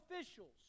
officials